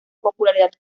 popularidad